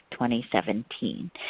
2017